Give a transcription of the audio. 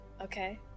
okay